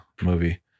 movie